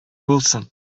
булсын